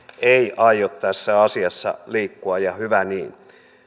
ei aio tässä asiassa liikkua ja hyvä niin